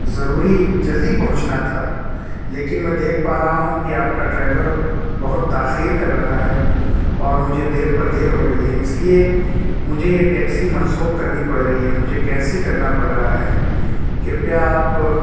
ضروری جلدی پہنچنا تھا لیکن میں دیکھ پا رہا ہوں کہ آپ کا ڈرائیور بہت تاخیر کر رہا ہے اور مجھے دیر پر دیر ہو رہی ہے اس لیے مجھے یہ ٹیکسی منسوخ کرنی پڑ رہی ہے مجھے کینسل کرنا پڑ رہا ہے کرپیا آپ